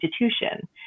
institution